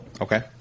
Okay